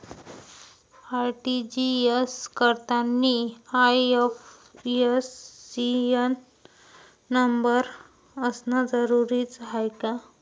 RTGS करतांनी IFSC न number असनं जरुरीच हाय का?